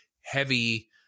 heavy